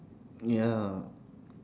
ya